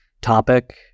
topic